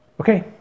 Okay